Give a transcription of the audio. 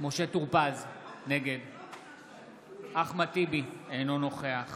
משה טור פז, נגד אחמד טיבי, אינו נוכח